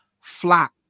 flat